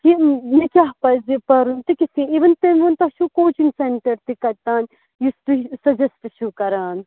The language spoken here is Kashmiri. کہِ مےٚ کیٛاہ پَزِ پَرُن تہٕ کِتھ کَنۍ اِوٕن تٔمۍ ووٚن تۄہہِ چھُو کوچِنٛگ سٮ۪نٹَر تہِ کَتہِ تام یُس تُہۍ سَجَسٹ چھُو کران